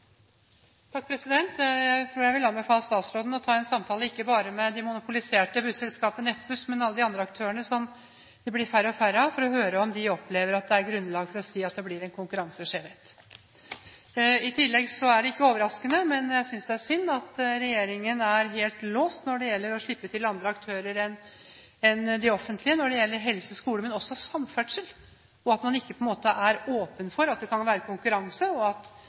Jeg tror jeg vil anbefale statsråden å ta en samtale ikke bare med det monopoliserte busselskapet Nettbuss, men også med alle de andre aktørene, som det blir færre og færre av, for å høre om de opplever at det er grunnlag for å si at det blir en konkurranseskjevhet. I tillegg er det ikke overraskende, men det er synd at regjeringen er helt låst når det gjelder å slippe til andre aktører enn de offentlige ikke bare innenfor helsesektoren og skolesektoren, men også innenfor samferdselssektoren. Det er synd at man ikke er åpen for at det kan være konkurranse, og at